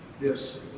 Yes